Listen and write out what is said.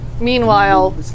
meanwhile